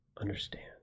understand